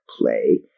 play